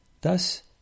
Thus